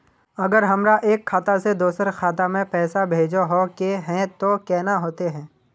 अगर हमरा एक खाता से दोसर खाता में पैसा भेजोहो के है तो केना होते है?